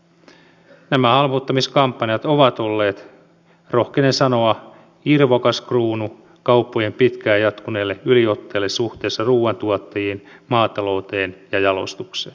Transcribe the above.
nämä halpuuttamiskampanjat ovat olleet rohkenen sanoa irvokas kruunu kauppojen pitkään jatkuneelle yliotteelle suhteessa ruoantuottajiin maatalouteen ja jalostukseen